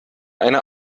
eine